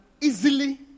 easily